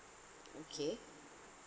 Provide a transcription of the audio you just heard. okay